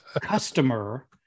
customer